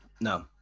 No